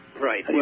Right